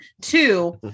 two